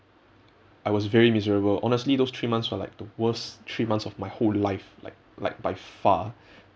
I was very miserable honestly those three months were like the worst three months of my whole life like like by far